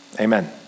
Amen